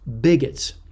bigots